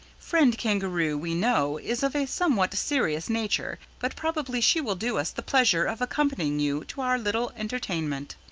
friend kangaroo, we know, is of a somewhat serious nature, but probably she will do us the pleasure of accompanying you to our little entertainment.